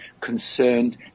concerned